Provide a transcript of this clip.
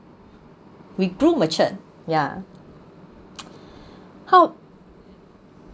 we grew matured ya how